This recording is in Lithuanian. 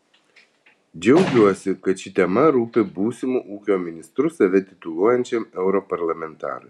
džiaugiuosi kad ši tema rūpi būsimu ūkio ministru save tituluojančiam europarlamentarui